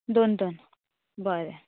दोन दोन बरें